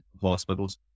hospitals